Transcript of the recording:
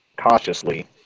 cautiously